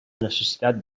necessitat